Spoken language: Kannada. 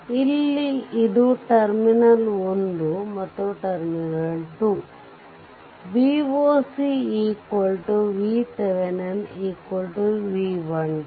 ಇಲ್ಲಿ ಇದು ಟರ್ಮಿನಲ್ 1 ಮತ್ತು ಟರ್ಮಿನಲ್ 2 Voc VThevenin V 1 2